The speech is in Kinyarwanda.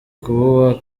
kuba